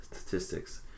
statistics